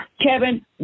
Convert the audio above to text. Kevin